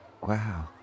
Wow